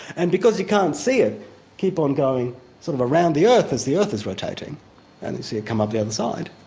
and because you can't see it keep on going sort of around the earth as the earth is rotating, and you see it come up the other side,